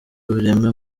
ireme